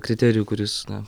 kriterijų kuris na